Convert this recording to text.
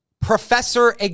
Professor